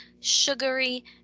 sugary